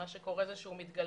מה שקורה זה שהוא מתגלגל,